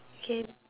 K